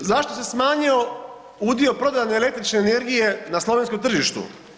Zašto se smanjio udio prodane električne energije na slovenskom tržištu?